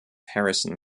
harrison